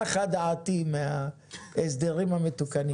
נחה דעתי מההסדרים המתוקנים.